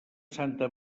santa